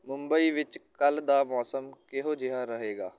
ਮੁੰਬਈ ਵਿੱਚ ਕੱਲ੍ਹ ਦਾ ਮੌਸਮ ਕਿਹੋ ਜਿਹਾ ਰਹੇਗਾ